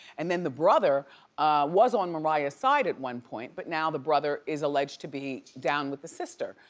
and then the brother was on mariah's side at one point. but now the brother is alleged to be down with the sister.